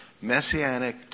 Messianic